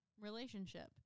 relationship